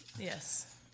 Yes